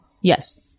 Yes